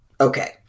Okay